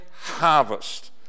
harvest